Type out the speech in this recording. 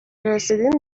رسیدین